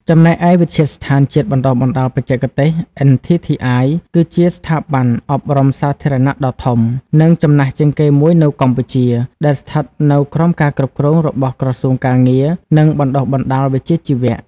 ចំណែកឯ វិទ្យាស្ថានជាតិបណ្ដុះបណ្ដាលបច្ចេកទេស (NTTI) គឺជាស្ថាប័នអប់រំសាធារណៈដ៏ធំ និងចំណាស់ជាងគេមួយនៅកម្ពុជា ដែលស្ថិតនៅក្រោមការគ្រប់គ្រងរបស់ ក្រសួងការងារ និងបណ្តុះបណ្តាលវិជ្ជាជីវៈ។